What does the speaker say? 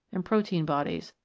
and protein bodies,